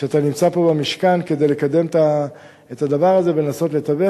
שאתה נמצא פה במשכן כדי לקדם את הדבר הזה ולנסות לתווך.